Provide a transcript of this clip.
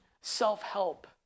self-help